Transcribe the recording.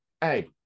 hey